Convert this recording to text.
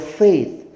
faith